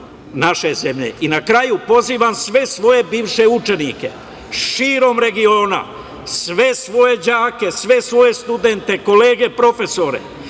naše zemlje. Na kraju, pozivam sve svoje bivše učenike širom regiona, sve svoje đake, sve svoje studente, kolege profesore